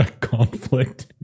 conflict